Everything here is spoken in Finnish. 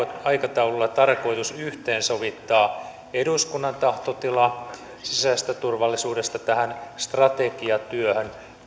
aikatauluilla tarkoitus yhteensovittaa eduskunnan tahtotila sisäisestä turvallisuudesta tähän strategiatyöhön